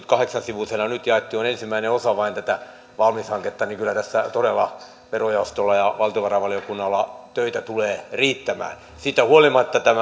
sivuisena nyt jaettiin on vain ensimmäinen osa tätä valmis hanketta niin kyllä tässä todella verojaostolla ja valtiovarainvaliokunnalla töitä tulee riittämään siitä huolimatta että tämä